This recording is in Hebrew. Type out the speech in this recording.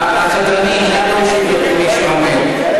הסדרנים, נא להושיב את מי שעומד.